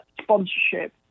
sponsorship